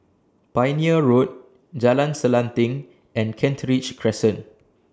Pioneer Road Jalan Selanting and Kent Ridge Crescent